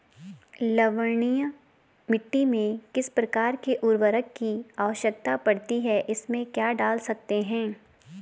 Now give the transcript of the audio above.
लवणीय मिट्टी में किस प्रकार के उर्वरक की आवश्यकता पड़ती है इसमें क्या डाल सकते हैं?